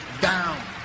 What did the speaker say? down